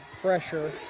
pressure